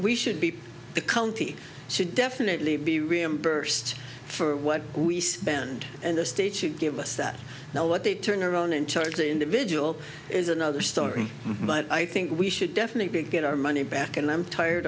we should be the county should definitely be reimbursed for what we spend and the state should give us that now what they turn around and charge the individual is another story but i think we should definitely get our money back and i'm tired